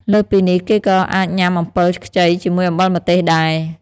លើសពីនេះ គេក៏អាចញាំអំពិលខ្ចីជាមួយអំបិលម្ទេសដែរ។